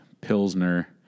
Pilsner